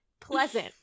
pleasant